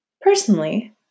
Personally